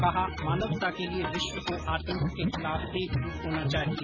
कहा मानवता के लिए विश्व को आतंक के खिलाफ एकज्ट होना चाहिए